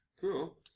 Cool